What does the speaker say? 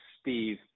Steve